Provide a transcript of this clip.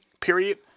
period